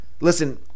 listen